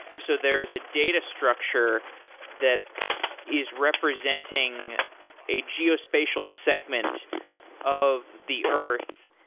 so there is a data structure that is representing a geospatial segment of the earth.